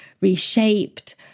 reshaped